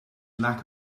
lack